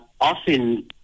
often